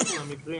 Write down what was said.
בחלק מהמקרים